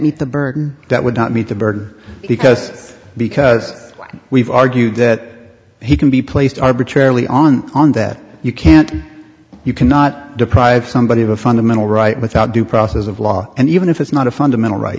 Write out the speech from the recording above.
meet the burden that would not meet the burden because because we've argued that he can be placed arbitrarily on on that you can't you cannot deprive somebody of a fundamental right without due process of law and even if it's not a fundamental right